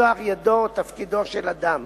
משלח ידו או תפקידו של אדם.